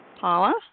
Paula